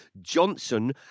Johnson